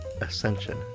Ascension